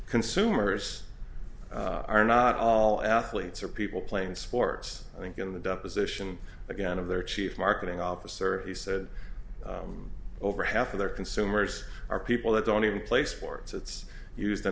consumers are not all athletes are people playing sports i think in the deposition again of their chief marketing officer he said over half of their consumers are people that don't even play sports it's used in